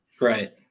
Right